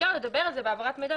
אפשר לדבר על זה בהעברת מידע,